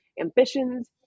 ambitions